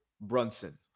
Brunson